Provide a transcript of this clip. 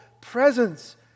presence